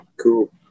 Cool